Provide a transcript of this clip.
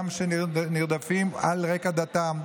שגם נרדפים על רקע דתם.